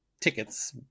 tickets